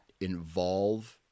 involve